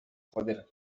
joder